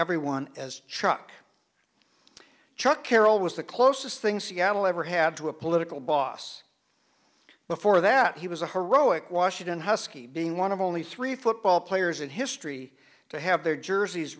everyone as chuck chuck carroll was the closest thing seattle ever had to a political boss before that he was a horowitz washington husky being one of only three football players in history to have their jerseys